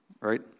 right